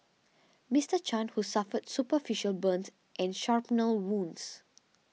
Mister Chan who suffered superficial burns and shrapnel wounds